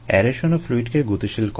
অ্যারেশনও ফ্লুইডকে গতিশীল করে